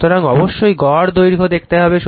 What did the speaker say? সুতরাং অবশ্যই গড় দৈর্ঘ্য দেখতে হবে